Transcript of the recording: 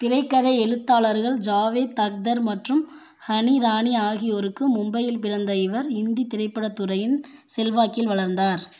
திரைக்கதை எழுத்தாளர்கள் ஜாவேத் தக்தர் மற்றும் ஹனி இராணி ஆகியோருக்கு மும்பையில் பிறந்த இவர் இந்தி திரைப்படத் துறையின் செல்வாக்கில் வளர்ந்தார்